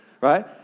right